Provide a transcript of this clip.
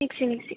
mixie mixie